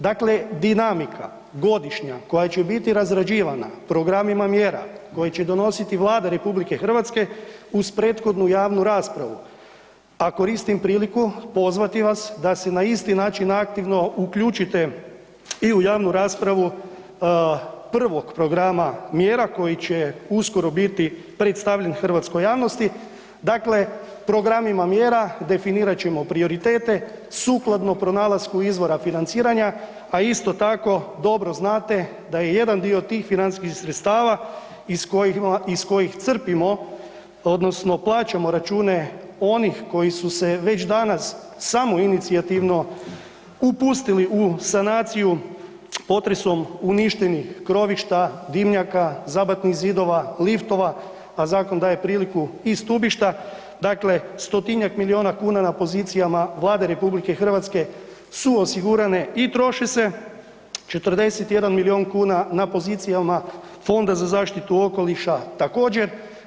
Dakle, dinamika godišnja koja će biti razrađivana programima mjera koje će donositi Vlada RH uz prethodnu javnu raspravu, a koristim priliku pozvati vas da se na isti način aktivno uključite i u javnu raspravu prvog programa mjera koji će uskoro biti predstavljen hrvatskoj javnosti, dakle programima mjera definirat ćemo prioritete sukladno pronalasku izvora financiranja, a isto tako dobro znate da je jedan dio tih financijskih sredstava iz kojih crpimo odnosno plaćamo račune onih koji su se već danas samoinicijativno upustili u sanaciju potresom uništenih krovišta, dimnjaka, zabatnih zidova, liftova, a zakon daje priliku i stubišta, dakle 100-tinjak miliona kuna na pozicijama Vlade RH su osigurane i troše se, 41 milion kuna na pozicijama Fonda za zaštitu okoliša također.